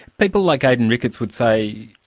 people like aidan ricketts would say,